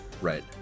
Right